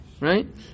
right